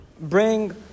bring